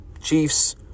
Chiefs